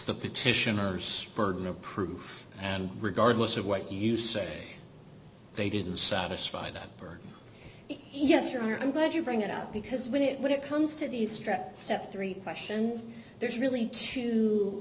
the petitioner's burden of proof and regardless of what you say they didn't satisfy that burden yes your honor i'm glad you bring it up because when it when it comes to these stress step three questions there's really t